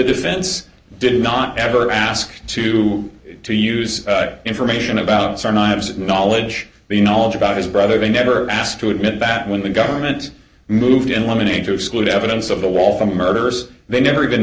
defense did not ever ask to to use information about certain items of knowledge the knowledge about his brother they never asked to admit that when the government moved in lemonade to exclude evidence of the wall from murderous they never even